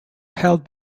held